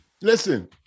Listen